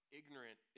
ignorant